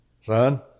son